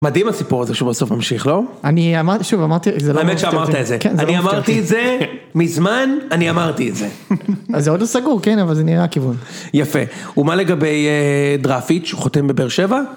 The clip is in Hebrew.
מדהים הסיפור הזה שבסוף המשיך, לא? אני אמרתי, שוב, אמרתי, זה לא משתתף... האמת שאמרת את זה. אני אמרתי את זה מזמן אני אמרתי את זה. אז זה עוד לא סגור, כן, אבל זה נראה כיוון. יפה. ומה לגבי דראפיץ', הוא חותם בבאר שבע?